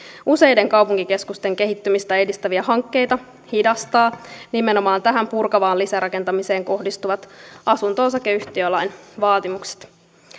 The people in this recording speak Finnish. useiden kaupunkikeskusten kehittämistä edistäviä hankkeita hidastavat nimenomaan tähän purkavaan lisärakentamiseen kohdistuvat asunto osakeyhtiölain vaatimukset